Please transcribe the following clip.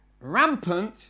Rampant